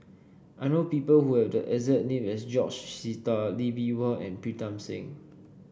I know people who have the exact name as George Sita Lee Bee Wah and Pritam Singh